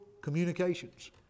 communications